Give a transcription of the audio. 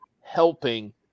helping